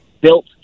built